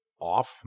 off